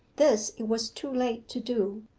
this it was too late to do,